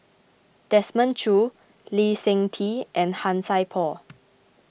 Desmond Choo Lee Seng Tee and Han Sai Por